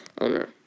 owner